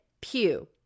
Pew